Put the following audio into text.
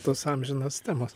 tos amžinos temos